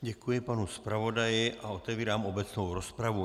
Děkuji panu zpravodaji a otevírám obecnou rozpravu.